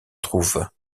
trouvent